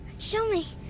show me!